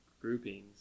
groupings